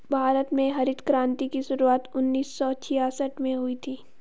भारत में हरित क्रान्ति की शुरुआत उन्नीस सौ छियासठ में हुई थी